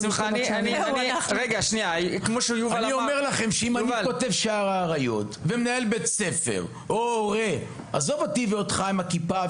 אני אומר לכם שאם אני מנהל בית ספר או הורה ויש טיול לשער האריות,